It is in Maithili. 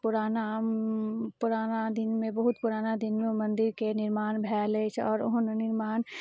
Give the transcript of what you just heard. पुराना पुराना दिनमे बहुत पुराना दिनमे मन्दिरके निर्माण भेल अछि आओर ओहन निर्माण